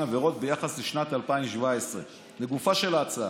עבירות ביחס לשנת 2017. לגופה של ההצעה,